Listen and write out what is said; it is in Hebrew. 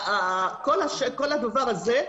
כל הדבר הזה,